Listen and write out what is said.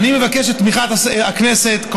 אני מבקש את תמיכת הכנסת בחוק הזה,